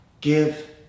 Give